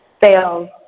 sales